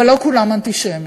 אבל לא כולם אנטישמים.